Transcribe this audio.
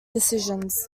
decisions